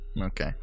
Okay